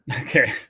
Okay